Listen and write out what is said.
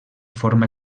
forma